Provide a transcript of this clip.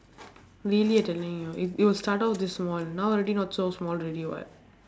really at the link you know it it will start off this small [one] now already not so small already [what]